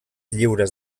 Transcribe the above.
lliures